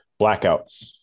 Blackouts